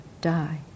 die